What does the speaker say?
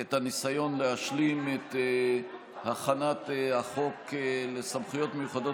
את הניסיון להשלים את הכנת החוק לסמכויות מיוחדות